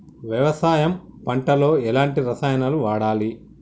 వ్యవసాయం పంట లో ఎలాంటి రసాయనాలను వాడాలి?